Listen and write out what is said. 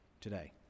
today